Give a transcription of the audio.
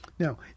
Now